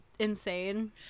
insane